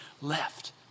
left